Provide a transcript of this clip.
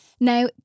Now